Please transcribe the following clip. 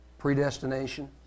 predestination